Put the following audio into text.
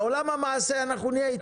בעולם המעשה אנחנו נהיה אתכם.